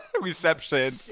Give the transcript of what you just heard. reception